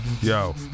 yo